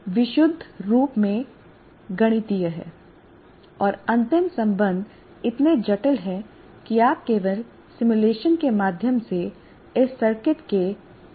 यह विशुद्ध रूप से गणितीय है और अंतिम संबंध इतने जटिल हैं कि आप केवल सिमुलेशन के माध्यम से इस सर्किट के इस कार्य का पता लगा सकते हैं